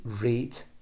rate